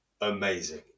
amazing